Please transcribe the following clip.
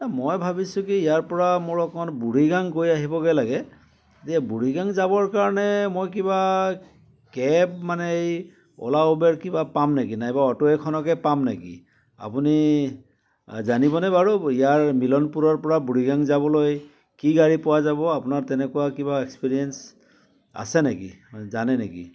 মই ভাবিছোঁ কি ইয়াৰ পৰা মোৰ অকণমান বুৰেগাং গৈ আহিবগৈ লাগে এতিয়া বুৰেগাং যাবৰ কাৰণে মই কিবা কেব মানে এই অ'লা উবেৰ কিবা পাম নেকি নাইবা অ'টো এখনকে পাম নেকি আপুনি জানিবনে বাৰু ইয়াৰ মিলনপুৰৰ পৰা বুৰেগাং যাবলৈ কি গাড়ী পোৱা যাব আপোনাৰ তেনেকুৱা কিবা এক্সপিৰিয়েঞ্চ আছে নেকি জানে নেকি